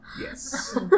Yes